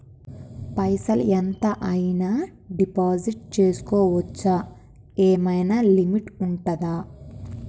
పైసల్ ఎంత అయినా డిపాజిట్ చేస్కోవచ్చా? ఏమైనా లిమిట్ ఉంటదా?